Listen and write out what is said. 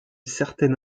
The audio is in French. certaine